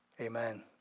Amen